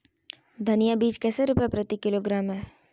धनिया बीज कैसे रुपए प्रति किलोग्राम है?